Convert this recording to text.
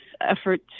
effort